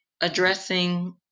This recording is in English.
addressing